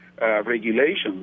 regulations